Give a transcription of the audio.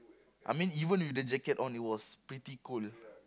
I mean even with the jacket on it was pretty cold